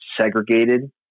segregated